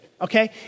okay